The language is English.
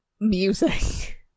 music